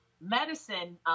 medicine